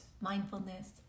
mindfulness